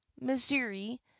missouri